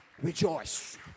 rejoice